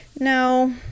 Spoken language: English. No